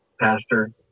pastor